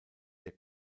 der